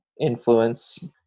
influence